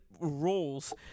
roles